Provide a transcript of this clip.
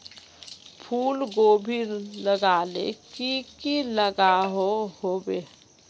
फूलकोबी लगाले की की लागोहो होबे?